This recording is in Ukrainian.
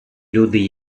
люди